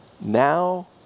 now